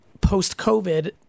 post-COVID